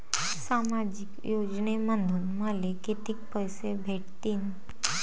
सामाजिक योजनेमंधून मले कितीक पैसे भेटतीनं?